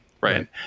right